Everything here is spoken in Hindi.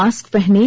मास्क पहनें